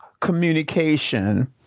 communication